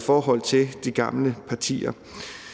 forhold til de gamle partier.